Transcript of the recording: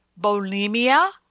bulimia